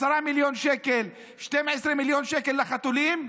10 מיליון שקל, 12 מיליון שקל לחתולים,